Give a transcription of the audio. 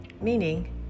Meaning